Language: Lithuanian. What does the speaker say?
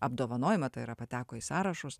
apdovanojimą tai yra pateko į sąrašus